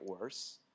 worse